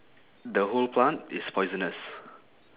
the whole plant is poisonous